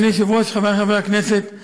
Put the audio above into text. אדוני היושב-ראש, חברי חברי הכנסת,